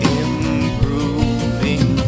improving